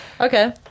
okay